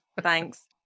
Thanks